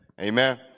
Amen